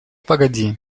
погоди